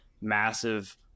massive